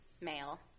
male